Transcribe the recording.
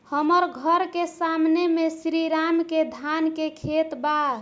हमर घर के सामने में श्री राम के धान के खेत बा